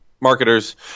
marketers